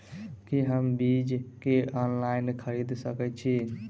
की हम बीज केँ ऑनलाइन खरीदै सकैत छी?